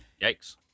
yikes